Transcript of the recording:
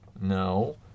No